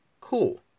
Cool